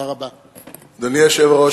אדוני היושב-ראש,